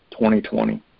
2020